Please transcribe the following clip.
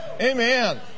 Amen